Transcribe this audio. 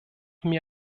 mir